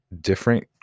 different